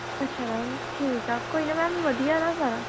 ਅੱਛਾ ਮੈਮ ਠੀਕ ਆ ਕੋਈ ਨਾ ਮੈਮ ਵਧੀਆ ਨਾ ਸਾਰਾ